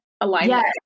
Alignment